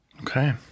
Okay